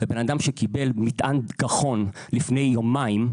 ובן-אדם שקיבל מטען גחון לפני יומיים,